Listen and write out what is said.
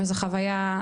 וזו חוויה,